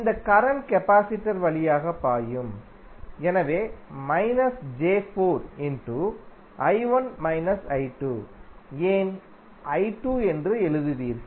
இந்த current capacitor வழியாக பாயும் எனவே −j4 ஏன் I2 என்று எழுதுவீர்கள்